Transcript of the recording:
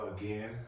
again